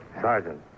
Sergeant